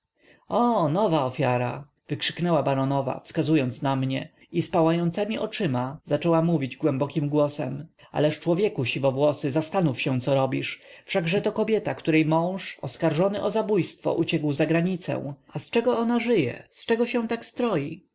o nowa ofiara wykrzyknęła baronowa wskazując na mnie i z pałającemi oczyma zaczęła mówić głębokim głosem ależ człowieku siwowłosy zastanów się co robisz wszakże to kobieta której mąż oskarżony o zabójstwo uciekł za granicę a z czego ona żyje z czego się tak stroi